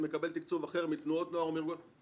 מקבל תקצוב אחר מתנועות נוער או ארגוני נוער.